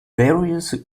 various